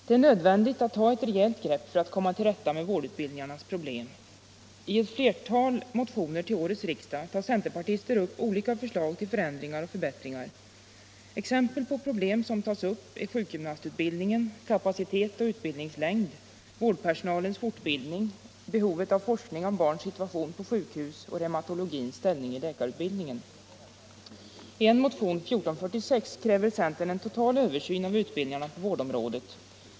Det är nödvändigt att ta ett rejält grepp för att komma till rätta med vårdutbildningarnas problem. I ett flertal motioner till årets riksdag tar centerpartister upp olika förslag till förändringar och förbättringar. Exempel på problem som tas upp är sjukgymnastutbildningen — kapacitet och utbildningslängd, vårdpersonalens fortbildning, behovet av forskning om barns situation på sjukhus och reumatologins ställning i läkarutbildningen. I motionen 1446 kräver centern en total översyn av utbildningarna på vårdområdet.